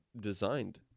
designed